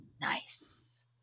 nice